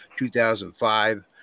2005